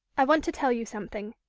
i want to tell you something.